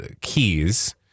keys